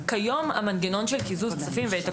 ויתקנו אותי משרד החינוך אם אני לא מדייקת,